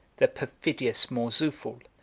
the perfidious mourzoufle,